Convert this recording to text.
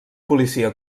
policia